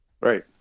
Right